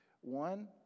One